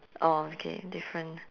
orh okay different